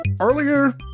earlier